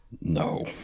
No